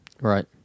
Right